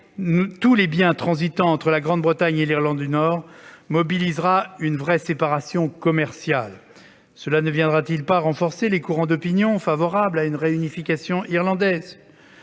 tous les biens transitant entre la Grande-Bretagne et l'Irlande du Nord matérialisera une séparation commerciale. Cela ne viendra-t-il pas renforcer les courants d'opinion favorables à une réunification irlandaise ?